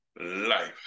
life